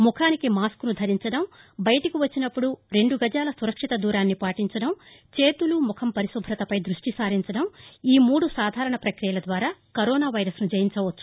ముఖానికి మాస్కును ధరించడం బయటకు వచ్చినప్పండు రెండు గజాల సురక్షిత దూరాన్ని పాటించడం చేతులు ముఖం పరిశుభతపై దృష్టి సారించడంఈ మూడు సాధారణ ప్రక్రియల ద్వారా కరోనా వైరస్ను జయించవచ్చు